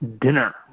Dinner